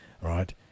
right